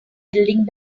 building